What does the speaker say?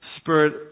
Spirit